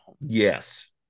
Yes